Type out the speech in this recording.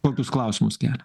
kokius klausimus kelia